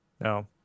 No